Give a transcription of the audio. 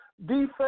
defense